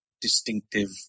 distinctive